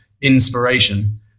inspiration